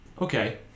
Okay